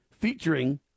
featuring